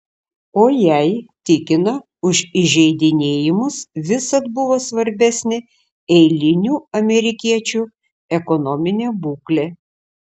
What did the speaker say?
o jai tikina už įžeidinėjimus visad buvo svarbesnė eilinių amerikiečių ekonominė būklė